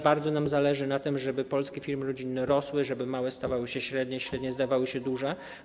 Bardzo zależy nam na tym, żeby polskie firmy rodzinne rosły, żeby małe stawały się średnie, a średnie stawały się duże.